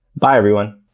bye, everyone.